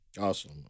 Awesome